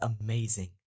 amazing